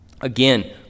again